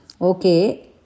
Okay